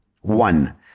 One